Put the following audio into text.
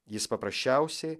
jis paprasčiausiai